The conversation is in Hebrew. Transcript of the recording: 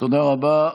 תודה רבה.